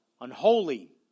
unholy